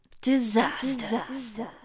Disasters